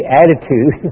attitude